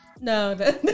No